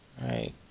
Right